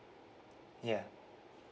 ya